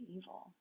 evil